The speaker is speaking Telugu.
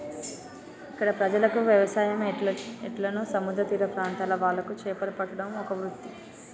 ఇక్కడ ప్రజలకు వ్యవసాయం ఎట్లనో సముద్ర తీర ప్రాంత్రాల వాళ్లకు చేపలు పట్టడం ఒక వృత్తి